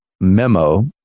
Memo